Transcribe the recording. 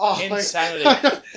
Insanity